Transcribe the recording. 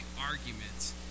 arguments